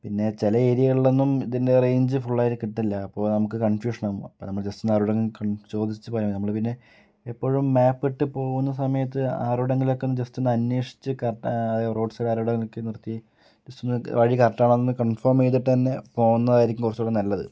പിന്നെ ചില ഏരിയകളിൽ ഒന്നും ഇതിൻ്റെ റേഞ്ച് ഫുള്ളായി കിട്ടില്ല അപ്പോൾ നമുക്ക് കൺഫ്യൂഷനാകും അപ്പം നമ്മൾ ജസ്റ്റ് ഒന്ന് ആരോടെങ്കിലും കൺ ചോദിച്ച് പോയാൽ നമ്മൾ പിന്നെ എപ്പോഴും മാപ് ഇട്ട് പോകുന്ന സമയത്ത് ആരോടെങ്കിലും ഒക്കെ ഒന്ന് ജസ്റ്റ് ഒന്ന് അന്വേഷിച്ച് കറക്റ്റ് റോഡ് സൈഡിൽ ആരോടെങ്കിലും ഒക്കെ നിർത്തി ജസ്റ്റ് ഒന്ന് വഴി കറക്റ്റ് ആണോ എന്ന് കൺഫോം ചെയ്തിട്ട് തന്നെ പോകുന്നതായിരിക്കും കുറച്ചൂടെ നല്ലത്